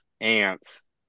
ants